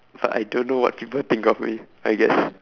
but I don't know what people think of me I guess